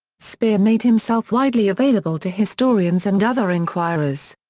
speer made himself widely available to historians and other enquirers.